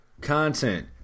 Content